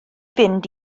fynd